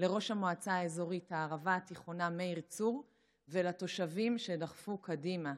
לראש המועצה האזורית הערבה התיכונה מאיר צור ולתושבים שדחפו קדימה,